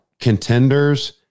contenders